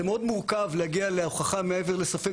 זה מאוד מורכב להגיע להוכחה מעבר לספק